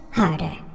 harder